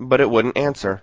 but it wouldn't answer